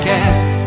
Cast